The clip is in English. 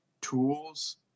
tools